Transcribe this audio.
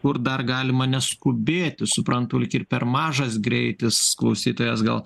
kur dar galima neskubėti suprantu lyg ir per mažas greitis klausytojas gal